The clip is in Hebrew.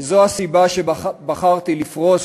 וזו הסיבה שבחרתי לפרוס